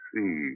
See